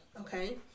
okay